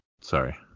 sorry